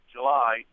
July